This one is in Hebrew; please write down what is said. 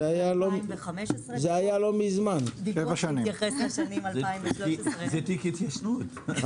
הדיווח התייחס לשנים 2013 ו-2014.